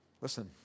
listen